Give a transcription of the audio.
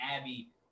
Abby